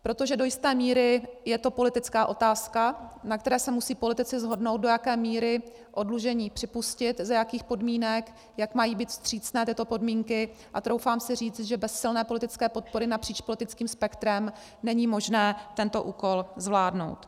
Protože do jisté míry je to politická otázka, na které se musí politici shodnout, do jaké míry oddlužení připustit, za jakých podmínek, jak mají být vstřícné tyto podmínky, a troufám si říct, že bez silné politické podpory napříč politickým spektrem není možné tento úkol zvládnout.